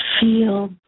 Feel